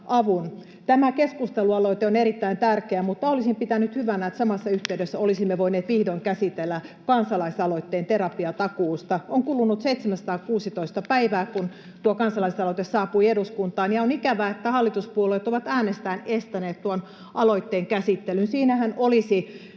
Tämä keskustelualoite on erittäin tärkeä, mutta olisin pitänyt hyvänä, että samassa yhteydessä olisimme voineet vihdoin käsitellä kansalaisaloitteen terapiatakuusta. On kulunut 716 päivää, kun tuo kansalaisaloite saapui eduskuntaan, ja on ikävää, että hallituspuolueet ovat äänestäen estäneet tuon aloitteen käsittelyn. Siinähän olisi